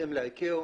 בהתאם ל-ICAO,